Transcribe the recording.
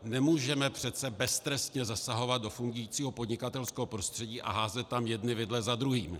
Nemůžeme přece beztrestně zasahovat do fungujícího podnikatelského prostředí a házet tam jedny vidle za druhými.